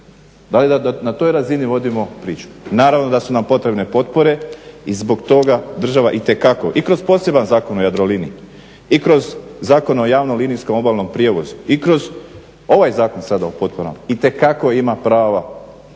Da li da na toj razini vodimo priču? Naravno da su nam potrebne potpore i zbog toga država itekako i kroz poseban zakon o Jadroliniji i kroz Zakon o javno-linijskom obalnom prijevozu i kroz ovaj zakon sada o potporama, itekako je imao prava